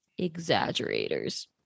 exaggerators